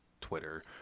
Twitter